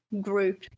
group